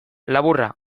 laburra